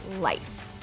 life